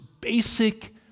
basic